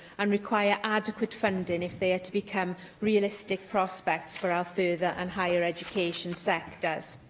and require adequate funding if they are to become realistic prospects for our further and higher education sectors.